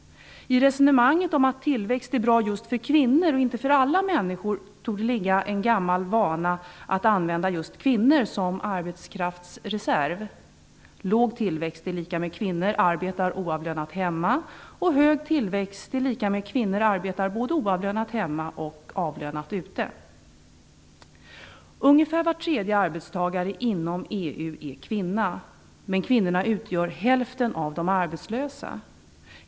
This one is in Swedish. I resonemanget om att tillväxt är bra just för kvinnor och inte för alla människor torde ligga en gammal vana att använda just kvinnor som arbetskraftsreserv. Låg tillväxt är lika med att kvinnor arbetar oavlönat hemma. Hög tillväxt är lika med att kvinnor arbetar både oavlönat hemma och avlönat ute. Ungefär var tredje arbetstagare inom EU är kvinna, men kvinnorna utgör hälften av de arbetslösa.